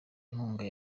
inkunga